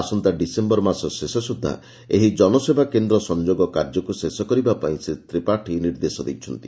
ଆସନ୍ତା ଡିସେୟର ମାସ ଶେଷ ସୁଛା ଏହି ଜନସେବା କେନ୍ଦ୍ର ସଂଯୋଗ କାର୍ଯ୍ୟକୁ ଶେଷ କରିବା ପାଇଁ ଶ୍ରୀ ତ୍ରିପାଠୀ ନିର୍ଦ୍ଦେଶ ଦେଇଛନ୍ତି